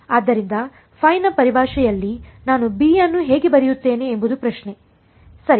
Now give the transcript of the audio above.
ಆದ್ದರಿಂದ ϕ ನ ಪರಿಭಾಷೆಯಲ್ಲಿ ನಾನು b ಅನ್ನು ಹೇಗೆ ಬರೆಯುತ್ತೇನೆ ಎಂಬುದು ಪ್ರಶ್ನೆ ಸರಿ